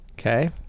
Okay